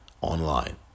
online